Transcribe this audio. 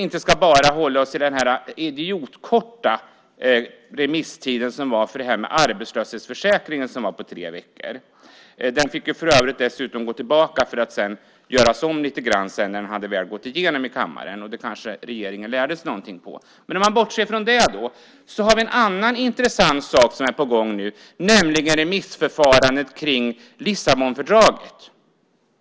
Det var en idiotkort remisstid på tre veckor när det gäller arbetslöshetsförsäkringen. Den fick för övrigt dessutom gå tillbaka för att göras om lite grann när den väl hade gått igenom i kammaren, och det kanske regeringen lärde sig någonting av. Om man bortser från det finns det en annan intressant sak som är på gång, nämligen remissförfarandet kring Lissabonfördraget.